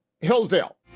Hillsdale